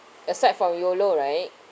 aside from YOLO right